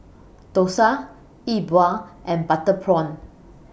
Dosa Yi Bua and Butter Prawn